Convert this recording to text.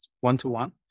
one-to-one